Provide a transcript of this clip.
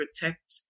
protect